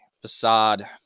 facade